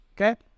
Okay